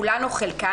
כולן או חלקן,